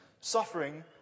suffering